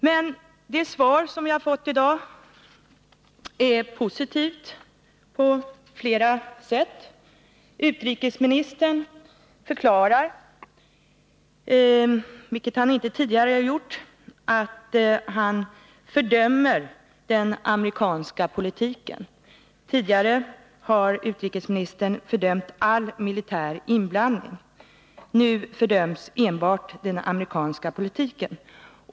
Men det svar som vi har fått i dag är positivt på flera sätt. Utrikesministern förklarar, vilket han inte tidigare har gjort, att han fördömer den amerikanska politiken. Tidigare har utrikesministern fördömt all militär inblandning. Nu fördöms enbart den amerikanska politiken.